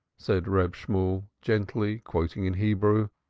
said reb shemuel gently, quoting in hebrew,